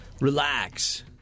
relax